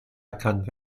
erkannt